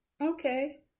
okay